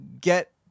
get